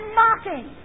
mocking